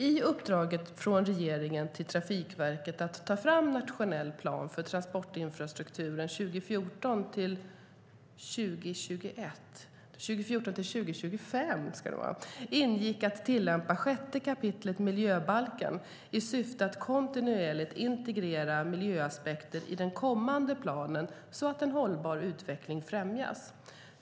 I uppdraget från regeringen till Trafikverket att ta fram en nationell plan för transportinfrastrukturen 2014-2025 ingick att tillämpa 6 kap. miljöbalken i syfte att kontinuerligt integrera miljöaspekter i den kommande planen så att en hållbar utveckling främjas.